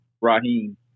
Raheem